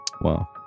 wow